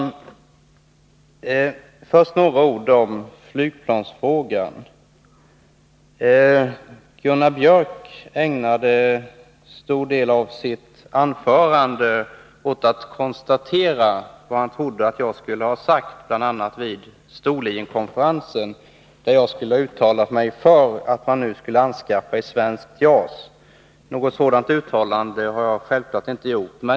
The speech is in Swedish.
Först några ord om flygplansfrågan. Gunnar Björk i Gävle ägnade en stor del av sitt anförande åt att konstatera vad han trodde att jag sagt bl.a. vid Storlienkonferensen, där jag skulle ha uttalat mig för att man nu skulle anskaffa ett svenskt JAS. Något sådant uttalande har jag självklart inte gjort.